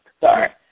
Sorry